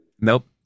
Nope